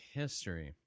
history